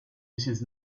mrs